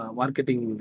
marketing